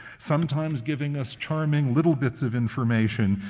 sometimes giving us charming little bits of information.